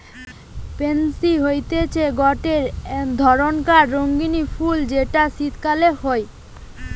pansy হতিছে গটে ধরণকার রঙ্গীন ফুল যেটা শীতকালে হই